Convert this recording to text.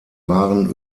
waren